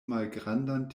malgrandan